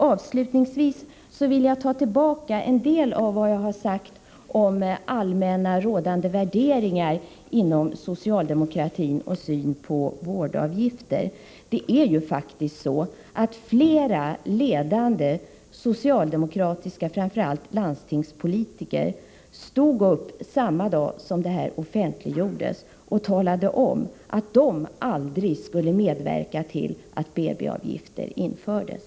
Avslutningsvis vill jag ta tillbaka en del av vad jag tidigare sagt om allmänna rådande värderingar inom socialdemokratin och om synen på vårdavgifter. Det är ju faktiskt så, att flera ledande socialdemokrater — framför allt landstingspolitiker — stod upp samma dag som det här offentlig gjordes och talade om, att de aldrig skulle medverka till att BB-avgifter infördes.